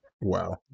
Wow